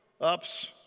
ups